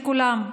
לכולם,